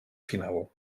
final